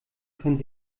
können